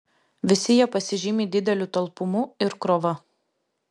visi jie pasižymi dideliu talpumu ir krova